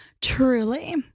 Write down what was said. truly